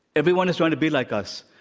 everyone is trying to be like us.